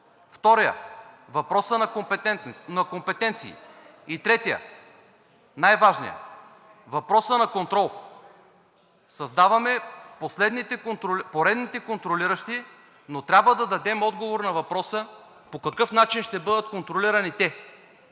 вторият – въпросът на компетенции, и третият, най-важният – въпросът на контрол. Създаваме поредните контриращи, но трябва да дадем отговор на въпроса по какъв начин ще бъдат контролирани те